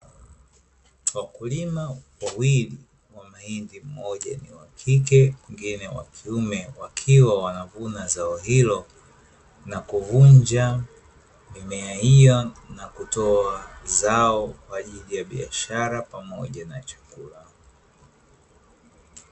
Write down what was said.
Wakulima wawili wa mahindi mmoja ni wakike mwingine wakiume wakiwa wanavuna zao hilo, na kuvunja mimea hiyo na kutoa zao kwa ajili ya biashara pamoja na chakula.